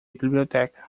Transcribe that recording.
biblioteca